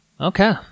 Okay